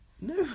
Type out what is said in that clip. No